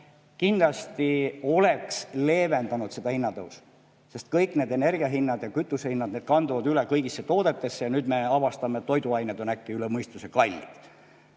–, kindlasti oleks leevendanud seda hinnatõusu. Sest kõik need energiahinnad ja kütusehinnad kanduvad üle kõigisse toodetesse ja nüüd me avastame, et toiduained on äkki üle mõistuse kallid.